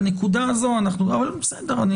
בנקודה הזאת אבל בסדר.